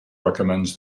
recommends